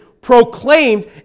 proclaimed